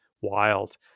wild